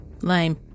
Lame